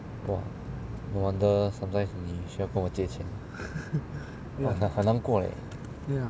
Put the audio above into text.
!wah! no wonder sometimes 你需要跟我借钱很难过 leh